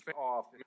off